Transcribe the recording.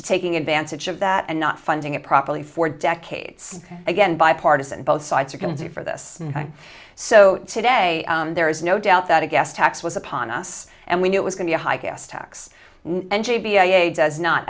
taking advantage of that and not funding it properly for decades again bipartisan both sides are going to do for this so today there is no doubt that a gas tax was upon us and we knew it was going to high gas tax as not